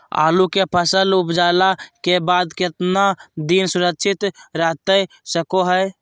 आलू के फसल उपजला के बाद कितना दिन सुरक्षित रहतई सको हय?